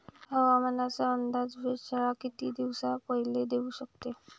हवामानाचा अंदाज वेधशाळा किती दिवसा पयले देऊ शकते?